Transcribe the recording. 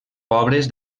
pobres